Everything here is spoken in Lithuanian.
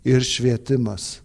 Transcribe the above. ir švietimas